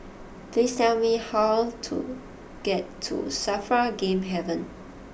please tell me how to get to Safra Game Haven